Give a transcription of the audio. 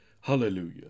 Hallelujah